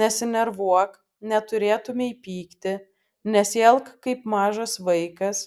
nesinervuok neturėtumei pykti nesielk kaip mažas vaikas